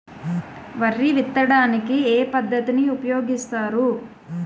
వరి విత్తడానికి ఏ పద్ధతిని ఉపయోగిస్తారు?